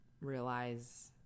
realize